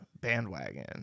bandwagon